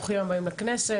ברוכים הבאים לכנסת,